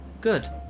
Good